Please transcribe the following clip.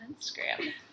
Instagram